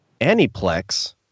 Aniplex